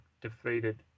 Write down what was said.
defeated